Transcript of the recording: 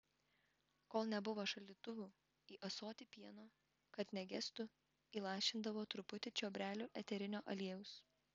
kol nebuvo šaldytuvų į ąsotį pieno kad negestų įlašindavo truputį čiobrelių eterinio aliejaus